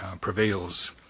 prevails